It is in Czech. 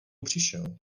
přišel